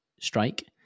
strike